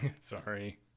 Sorry